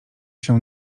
się